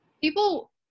people